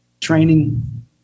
training